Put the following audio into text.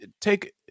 take